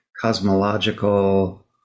cosmological